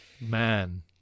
Man